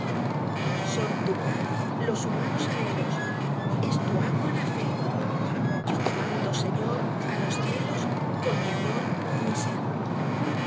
son tu pan los humanos anhelos es tu agua la fe yo te mando señor á los cielos con mi amor mi sed